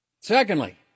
Secondly